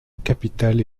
capitale